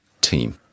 team